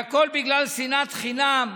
והכול בגלל שנאת חינם.